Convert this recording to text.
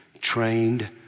Trained